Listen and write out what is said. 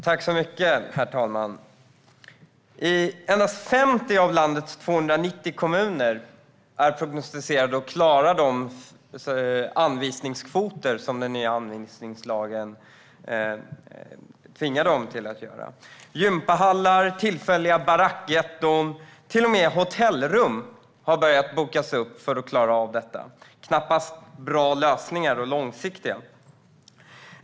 Herr talman! Endast 50 av landets 290 kommuner prognosticeras klara de anvisningskvoter som den nya anvisningslagen tvingar dem till. Gympahallar, tillfälliga barackgetton och till och med hotellrum har börjat bokas upp för att klara detta. Det är knappast bra och långsiktiga lösningar.